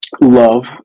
love